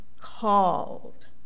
called